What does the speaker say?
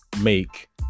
make